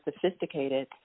sophisticated